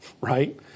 right